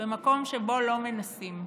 במקום שבו לא מנסים.